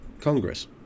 Congress